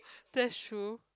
that's true